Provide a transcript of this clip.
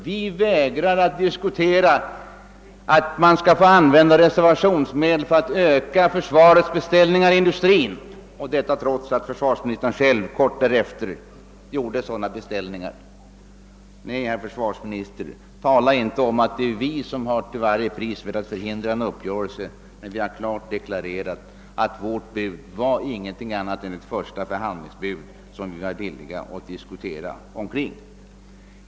Vi vägrar att diskutera användandet av reservationsmedel för att öka försvarets beställningar i industrin; detta trots att försvarsministern själv kort därefter medgav sådana beställningar. Nei, herr försvarsminister, tala inte om att det är vi som till varje pris har velat förhindra en uppgörelse! Vi har klart deklarerat att vårt bud inte var någonting annat än ett första förhandlingsbud, som vi var villiga att diskutera.